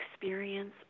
experience